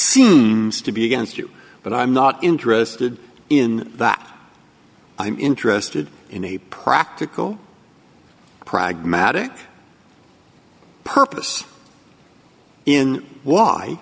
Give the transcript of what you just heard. seems to be against you but i'm not interested in that i'm interested in a practical pragmatic purpose in why